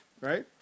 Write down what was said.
Right